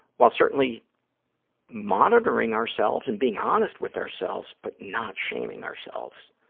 while certainly monitoring ourselves and being honest with ourselves, but not shaming ourselves,